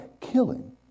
killing